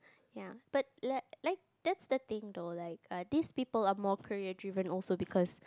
ya but like like that's the thing though like these people are more career driven also because